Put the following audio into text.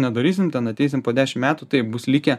nedarysim ten ateisim po dešim metų taip bus likę